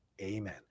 Amen